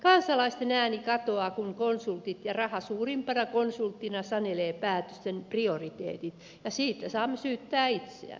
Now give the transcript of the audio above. kansalaisten ääni katoaa kun konsultit ja raha suurimpana konsulttina sanelevat päätösten prioriteetit ja siitä saamme syyttää itseämme